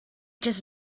just